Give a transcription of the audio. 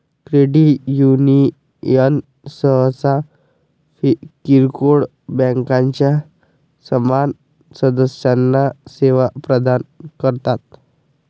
credit union सहसा किरकोळ बँकांच्या समान सदस्यांना सेवा प्रदान करतात